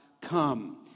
come